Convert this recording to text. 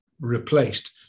replaced